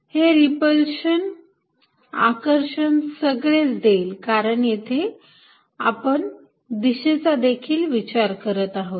हे रिपल्शन आकर्षण सगळेच देईल कारण येथे आता आपण दिशेचा देखील विचार करत आहोत